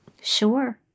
Sure